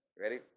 Ready